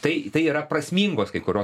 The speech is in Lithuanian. tai tai yra prasmingos kai kurios